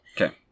Okay